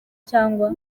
cyangwa